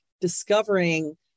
discovering